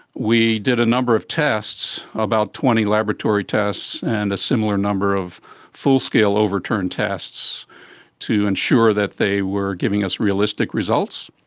we did a number of tests, about twenty laboratory tests and a similar number of full-scale overturn tests to ensure that they were giving us realistic results.